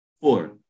Four